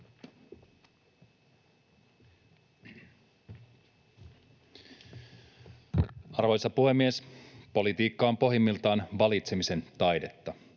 Arvoisa puhemies! Politiikka on pohjimmiltaan valitsemisen taidetta.